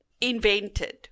invented